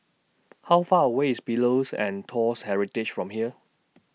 How Far away IS Pillows and Toast Heritage from here